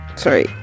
sorry